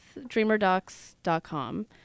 DreamerDocs.com